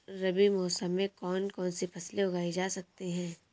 रबी मौसम में कौन कौनसी फसल उगाई जा सकती है?